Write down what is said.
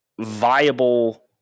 viable